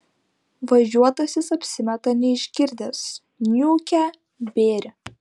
važiuotasis apsimeta neišgirdęs niūkia bėrį